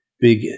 big